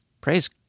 praise